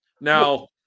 now